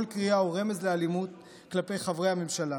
קריאה או רמז לאלימות כלפי חברי הממשלה,